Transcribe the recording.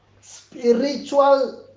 spiritual